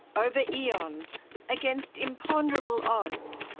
over eons, against imponderable odds,